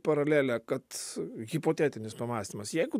paralelę kad hipotetinis pamąstymas jeigu